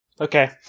Okay